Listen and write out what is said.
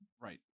Right